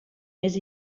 més